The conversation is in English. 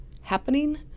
happening